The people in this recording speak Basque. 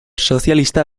sozialista